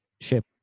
ship